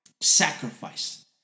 sacrifice